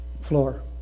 floor